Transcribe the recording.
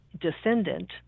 descendant